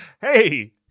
hey